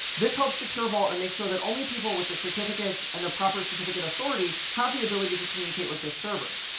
this helps secure vault and make sure that only people with the certificates certificates and the proper certificate authority have the ability to communicate with the server.